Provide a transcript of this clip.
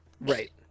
Right